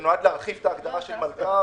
זה נועד להגדיר את ההגדרה של מלכ"ר,